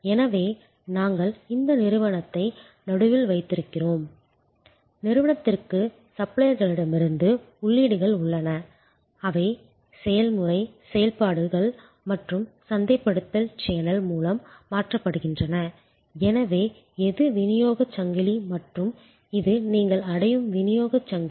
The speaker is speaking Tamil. எனவே நாங்கள் இந்த நிறுவனத்தை நடுவில் வைத்திருக்கிறோம் நிறுவனத்திற்கு சப்ளையர்களிடமிருந்து உள்ளீடுகள் உள்ளன அவை செயல்முறை செயல்பாடுகள் மற்றும் சந்தைப்படுத்தல் சேனல் மூலம் மாற்றப்படுகின்றன எனவே இது விநியோகச் சங்கிலி மற்றும் இது நீங்கள் அடையும் விநியோகச் சங்கிலி